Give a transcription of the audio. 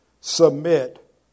submit